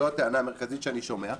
זו הטענה המרכזית שאני שומע,